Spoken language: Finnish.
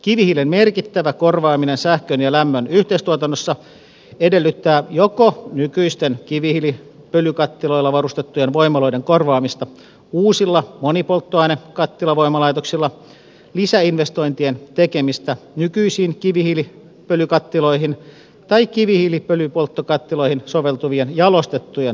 kivihiilen merkittävä korvaaminen sähkön ja lämmön yhteistuotannossa edellyttää joko nykyisten kivihiilipölykattiloilla varustettujen voimaloiden korvaamista uusilla monipolttoainekattilavoimalaitoksilla lisäinvestointien tekemistä nykyisiin kivihiilipölykattiloihin tai kivihiilipölypolttokattiloihin soveltuvien jalostettujen puupolttoaineiden käyttöönottoa